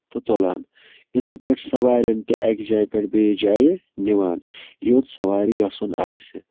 تہٕ تُلان یِتھٕے پٲٹھۍ سَوارٮ۪ن تہِ اَکہِ جایہِ پٮ۪ٹھ بیٚیہِ جایہِ نِوان یوٚت سَوارِ گژھُن آسہِ